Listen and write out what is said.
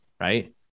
right